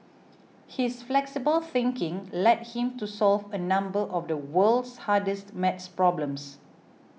his flexible thinking led him to solve a number of the world's hardest math problems